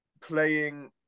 playing